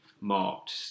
marked